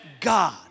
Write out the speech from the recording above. God